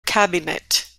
cabinet